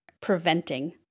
preventing